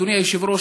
אדוני היושב-ראש,